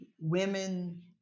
women